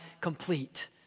complete